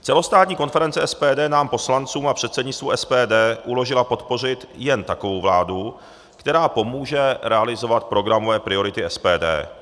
Celostátní konference SPD nám poslancům a předsednictvu SPD uložila podpořit jen takovou vládu, která pomůže realizovat programové priority SPD.